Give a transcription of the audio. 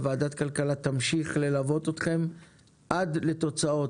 וועדת הכלכלה תמשיך ללוות אתכם עד לתוצאות,